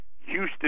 Houston